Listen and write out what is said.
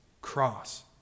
cross